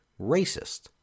racist